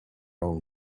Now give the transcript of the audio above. own